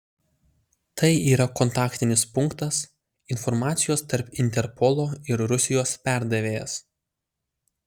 tai yra kontaktinis punktas informacijos tarp interpolo ir rusijos perdavėjas